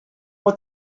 what